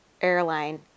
airline